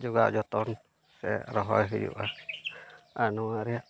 ᱡᱳᱜᱟᱣ ᱡᱚᱛᱚᱱ ᱥᱮ ᱨᱚᱦᱚᱭ ᱦᱩᱭᱩᱜᱼᱟ ᱟᱨ ᱱᱚᱣᱟ ᱨᱮᱭᱟᱜ